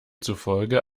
zufolge